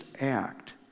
act